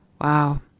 Wow